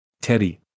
Teddy